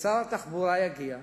ששר התחבורה יגיע.